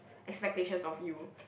expectations of you